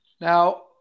Now